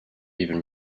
even